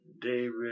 David